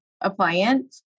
appliance